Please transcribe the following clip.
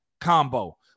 combo